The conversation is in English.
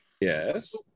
yes